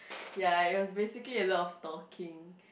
ya it was basically a lot of talking